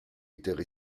étaient